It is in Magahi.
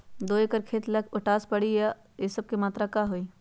दो एकर खेत के ला पोटाश, यूरिया ये सब का मात्रा होई?